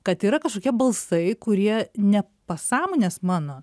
kad yra kažkokie balsai kurie ne pasąmonės mano